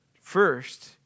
first